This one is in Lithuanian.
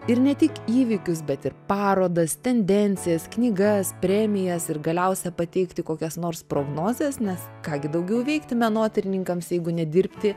ir ne tik įvykius bet ir parodas tendencijas knygas premijas ir galiausia pateikti kokias nors prognozes nes ką gi daugiau veikti menotyrininkams jeigu ne dirbti